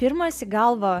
pirmas į galvą